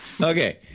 okay